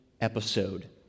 episode